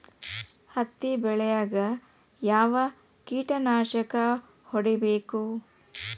ಹತ್ತಿ ಬೆಳೇಗ್ ಯಾವ್ ಕೇಟನಾಶಕ ಹೋಡಿಬೇಕು?